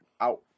Out